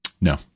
No